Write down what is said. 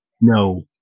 No